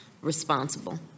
responsible